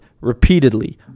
repeatedly